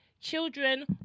Children